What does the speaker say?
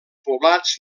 poblats